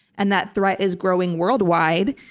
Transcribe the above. and that threat is growing worldwide,